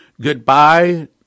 Goodbye